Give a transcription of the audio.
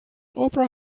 opera